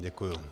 Děkuji.